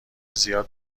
زیاد